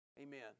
Amen